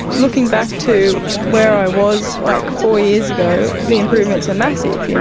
looking back to where i was like four years ago, the improvements are massive. yeah